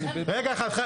--- לפי המפלגה הגדולה.